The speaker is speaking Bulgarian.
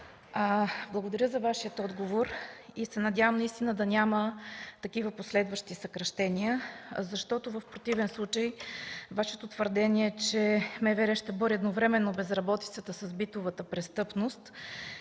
Благодаря за Вашия отговор и се надявам наистина да няма такива последващи съкращения, защото в противен случай Вашето твърдение, че МВР ще бори едновременно безработицата с битовата престъпност